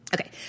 Okay